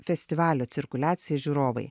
festivalio cirkuliacija žiūrovai